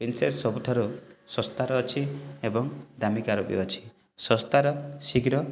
ଇନ୍ସେସ୍ ସବୁଠାରୁ ଶସ୍ତାରେ ଅଛି ଏବଂ ଦାମିକାର ବି ଅଛି ଶସ୍ତାର ଶୀଘ୍ର